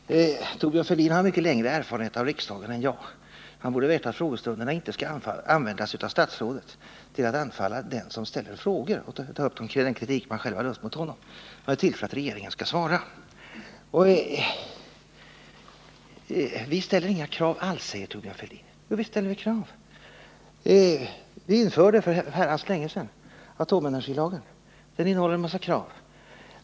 Herr talman! Thorbjörn Fälldin har mycket längre erfarenhet av riksdagen än jag. Han borde veta att frågestunderna inte skall användas av statsrådet till att anfalla den som ställer frågor och ta upp den kritik man har riktat mot statsrådet. Frågestunderna är till för att regeringen skall svara. Socialdemokraterna ställer inga krav alls, säger Thorbjörn Fälldin. Jo, visst ställer vi krav. Vi införde för länge sedan atomenergilagen, som innehåller en mängd krav.